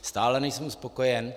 Stále nejsem spokojen.